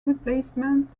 replacement